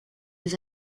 des